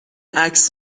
عکس